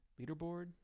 leaderboard